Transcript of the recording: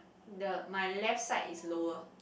the my left side is lower